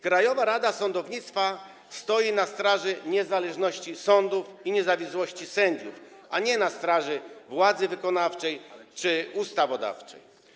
Krajowa Rada Sądownictwa stoi na straży niezależności sądów i niezawisłości sędziów, a nie na straży władzy wykonawczej czy ustawodawczej.